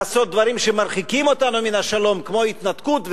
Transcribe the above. לעשות דברים שמרחיקים אותנו מן השלום כמו התנתקות,